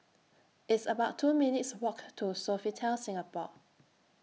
It's about two minutes' Walk to Sofitel Singapore